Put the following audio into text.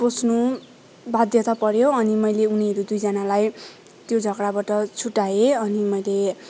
पस्नु बाध्यता पर्यो अनि मैले उनीहरू दुईजनालाई त्यो झगडाबाट छुट्टाएँ अनि मैले